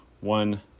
one